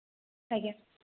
ଆଜ୍ଞା